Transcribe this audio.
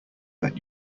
that